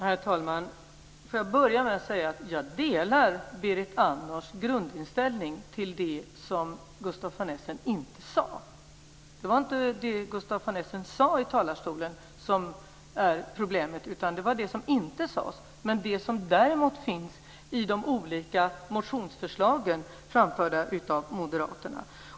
Herr talman! Låt mig börja med att säga att jag delar Berit Andnors grundinställning till det som Gustaf von Essen inte sade. Det är inte det som Gustaf von Essen sade i talarstolen som är problemet utan det som inte sades men som däremot finns i de olika motionsförslagen framförda av moderaterna.